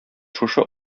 шушы